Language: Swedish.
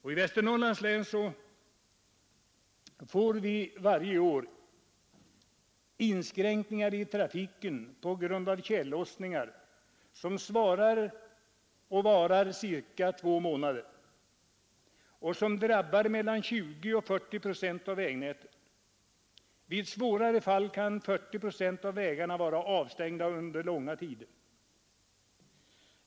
I Västernorrlands län får vi varje år inskränkningar i trafiken på grund av tjällossningar, som varar cirka två månader och som drabbar mellan 20 och 40 procent av vägnätet. I svårare fall kan 40 procent av vägarna vara avstängda under långa tider.